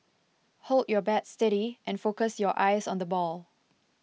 hold your bat steady and focus your eyes on the ball